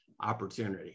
opportunity